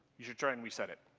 you should try and reset it.